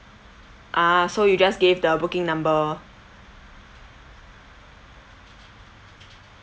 ah so you just gave the booking number